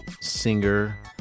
singer